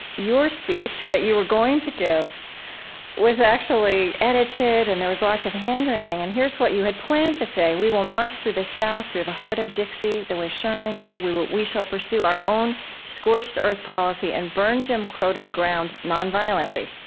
your speech that you were going to give was actually edited, and there was lots of hand-wringing. and here's what you had planned to say we will march through the south, through the heart of dixie, the way sherman did. we shall pursue our own scorched earth policy and burn jim crow to the ground nonviolently.